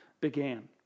began